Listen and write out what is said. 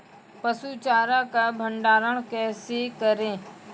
पसु चारा का भंडारण कैसे करें?